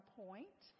point